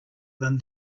than